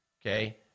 okay